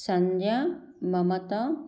సంధ్య మమత